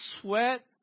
sweat